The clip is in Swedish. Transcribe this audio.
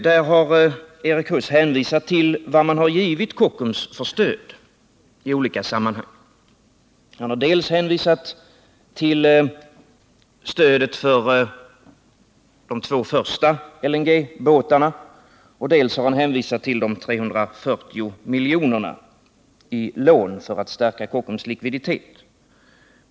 Där har Erik Huss hänvisat till det stöd som man har givit Kockums dels när det gäller de två första LNG-båtarna, dels i form av 340 milj.kr. i lån för att stärka Kockums likviditet.